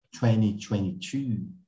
2022